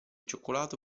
cioccolato